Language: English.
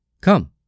Come